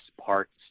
parts